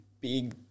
big